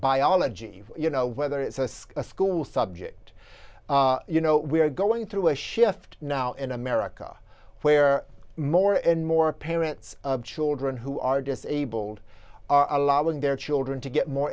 biology you know whether it's a ski school subject you know we are going through a shift now in america where more and more parents of children who are disabled are allowing their children to get more